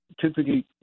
typically